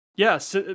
Yes